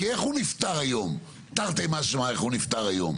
אני חושב שהפתרון נמצא לפתחנו במשרד,